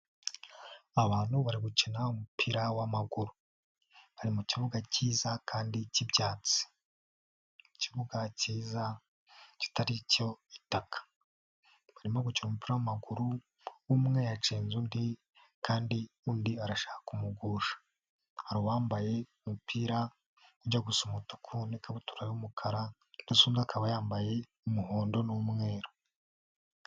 abantu bari gukina umupira w'amaguru. Bari mu kibuga cyiza kandi cy'ibyatsi. Ikibuga cyiza kitari igitaka. Barimo gukina umupira w'amaguru umwe yacenze undi kandi undi arashaka kumugusha. Hari uwambaye umupira ujya gusa umutuku n'ikabutura y'umukara , undi akaba yambaye umuhondo n'umweru.